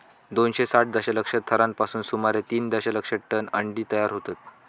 दोनशे साठ दशलक्ष थरांपासून सुमारे तीन दशलक्ष टन अंडी तयार होतत